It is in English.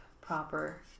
proper